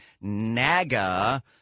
NAGA